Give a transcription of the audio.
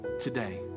today